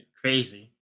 crazy